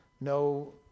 no